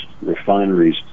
refineries